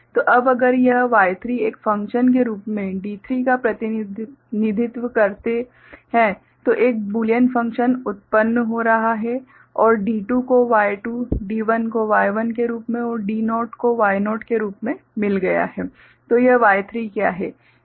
तो अब अगर हम Y3 एक फ़ंक्शन के रूप में D3 का प्रतिनिधित्व करते हैं तो एक बूलियन फ़ंक्शन उत्पन्न हो रहा है और D2 को Y2 D1 को Y1 के रूप में और D0 को Y0 के रूप में लिया गया है तो यह Y3 क्या है